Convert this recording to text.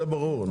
זה ברור.